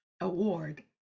Award